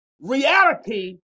reality